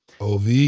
OV